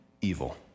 evil